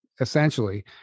essentially